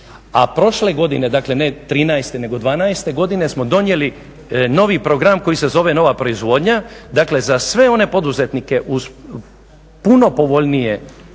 a prošle godine dakle ne trinaeste, nego dvanaeste godine smo donijeli novi program koji se zove nova proizvodnja. Dakle, za sve one poduzetnike uz puno povoljnije i